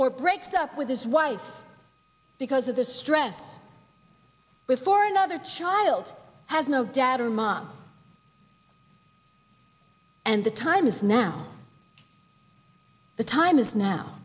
or breaks up with his wife because of the strength before another child has no data or mom and the time is now the time is now